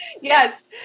Yes